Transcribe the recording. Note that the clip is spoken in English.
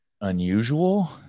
unusual